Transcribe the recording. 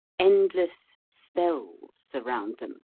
endless spells surround them.